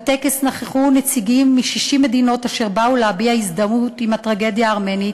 בטקס נכחו נציגים מ-60 מדינות אשר באו להביע הזדהות עם הטרגדיה הארמנית.